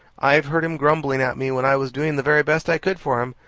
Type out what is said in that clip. i've heard him grumbling at me, when i was doing the very best i could for him.